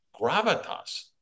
gravitas